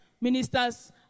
ministers